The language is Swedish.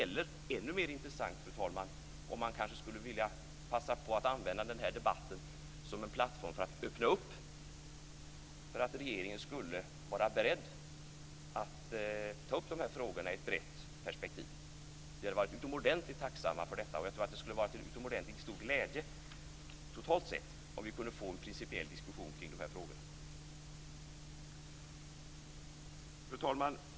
Och ännu mer intressant vore, fru talman, om han kanske ville passa på att använda den här debatten som en plattform för att öppna för att regeringen skulle vara beredd att ta upp de här frågorna i ett brett perspektiv. Vi skulle vara utomordentligt tacksamma för detta. Dessutom tror jag att det skulle vara till utomordentligt stor glädje totalt sett om vi kunde få en principiell diskussion kring de här frågorna. Fru talman!